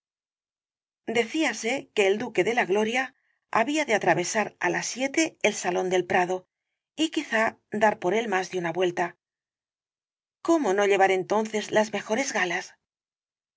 decíase que el duque de la gloria había de a t r a vesar á las siete el salón del prado y quizá dar por él más de una vuelta cómo no llevar entonces las mejores galas